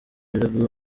ibirego